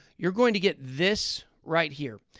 you're going to get this right here.